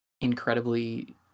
incredibly